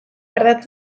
ardatz